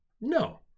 No